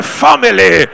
family